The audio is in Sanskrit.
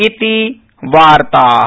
इति वार्ता